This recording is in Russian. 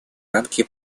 рамки